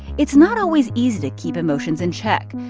it's not always easy to keep emotions in check.